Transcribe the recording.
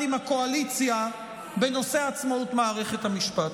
עם הקואליציה בנושא עצמאות מערכת המשפט.